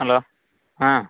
hello ᱦᱮᱸ